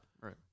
Right